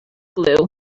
glue